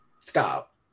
Stop